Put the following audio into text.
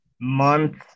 month